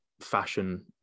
fashion